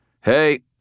Hey